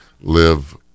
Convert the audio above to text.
live